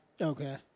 okay